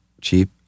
cheap